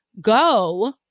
go